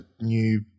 new